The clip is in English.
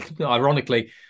ironically